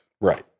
Right